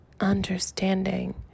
understanding